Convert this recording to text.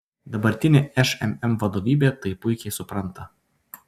dabartinė šmm vadovybė tai puikiai supranta